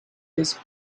this